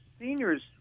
seniors